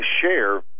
share